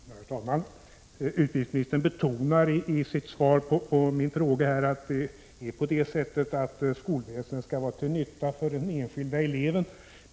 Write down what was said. Herr talman! Utbildningsministern betonade i sitt svar på min fråga att skolväsendet skall vara till nytta för den enskilde eleven.